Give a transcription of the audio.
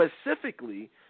specifically